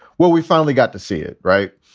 well, we finally got to see it right.